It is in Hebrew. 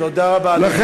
תודה רבה, אדוני.